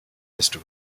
desto